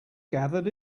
gathered